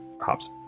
Hop's